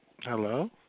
Hello